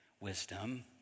wisdom